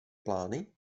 plány